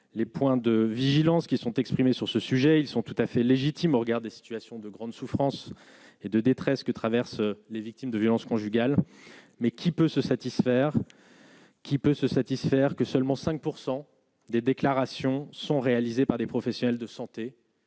les points de vigilance qui sont exprimés sur ce sujet, ils sont tout à fait légitime au regard des situations de grande souffrance et de détresse que traversent les victimes de violences conjugales, mais qui peut se satisfaire. Qui peut se satisfaire que seulement 5 % des déclarations sont réalisés par des professionnels de santé